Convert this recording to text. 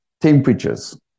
temperatures